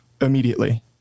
immediately